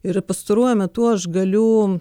ir pastaruoju metu aš galiu